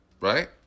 right